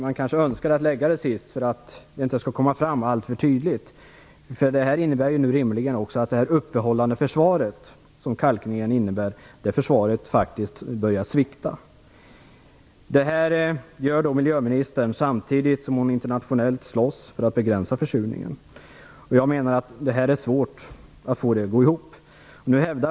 Man kanske önskar nämna det sist för att det inte skall komma fram alltför tydligt. Det innebär ju rimligen att också det uppehållandeförsvar som kalkningen innebär nu faktiskt börjar svikta. Detta gör miljöministern samtidigt som hon slåss för att begränsa försurningen internationellt. Det är svårt att få det att gå ihop.